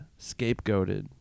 scapegoated